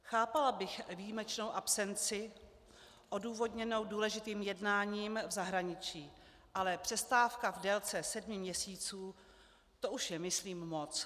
Chápala bych výjimečnou absenci odůvodněnou důležitým jednáním v zahraničí, ale přestávka v délce sedmi měsíců, to už je myslím moc.